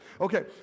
Okay